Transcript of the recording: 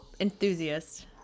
enthusiast